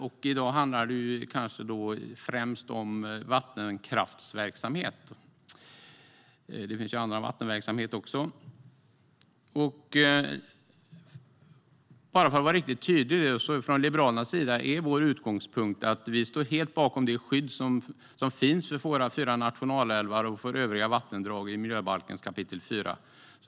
I dag handlar det kanske främst om vattenkraftsverksamhet. Det finns ju även annan vattenverksamhet. Bara för att vara riktigt tydlig: Liberalernas utgångspunkt är att vi helt står bakom det skydd som finns för våra fyra nationalälvar och för övriga vattendrag i miljöbalkens 4 kap.